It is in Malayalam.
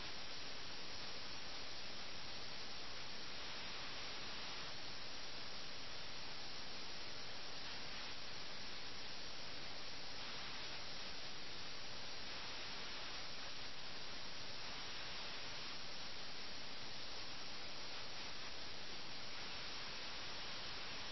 അതിനാൽ നഗരം ഇംഗ്ലീഷ് കമ്പനി സേനയുടെ കൈകളിലേക്ക് വീഴുമ്പോൾ ഉള്ള സ്ഥിതിഗതികളുടെ സംഗ്രഹമാണിത് കൂടാതെ ഈ രണ്ട് പ്രഭുക്കന്മാരോട് ആഖ്യാതാവ് അങ്ങേയറ്റം ദേഷ്യത്തിലാണ് വിദേശ ശക്തികളിൽ നിന്ന് രാജ്യത്തെ രക്ഷിക്കുന്നതിൽ രണ്ട് പ്രഭുക്കന്മാരും ലഖ്നൌ നഗരത്തിലെ ജനങ്ങളും ഒരു പങ്കും വഹിച്ചിട്ടില്ലാത്തതിനാൽ അദ്ദേഹം വളരെ അമർഷത്തിലാണ്